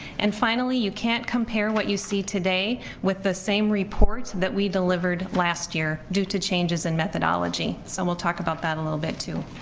and finally, you can't compare what you see today with the same report that we delivered last year, due to changes in methodology, so we'll talk about that a little bit too.